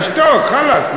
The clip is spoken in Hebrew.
תשתוק, חלאס.